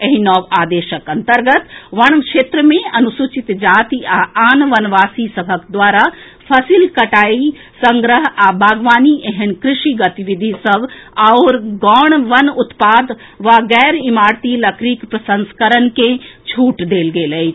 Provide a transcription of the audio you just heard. एहि नव आदेशक अन्तर्गत वन क्षेत्र मे अनुसूचित जाति आ आन वनवासी सभक द्वारा फसिल कटाई संग्रह आ बागवानी एहेन कृषि गतिविधि सभ आओर गौण वन उत्पाद वा गैर इमारती लकड़ीक प्रसंस्करण के छूट देल गेल अछि